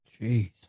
Jeez